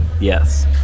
yes